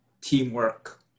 teamwork